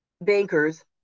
bankers